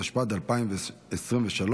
התשפ"ד 2023,